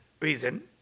reason